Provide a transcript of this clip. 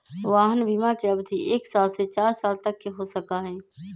वाहन बिमा के अवधि एक साल से चार साल तक के हो सका हई